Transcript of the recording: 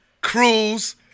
Cruz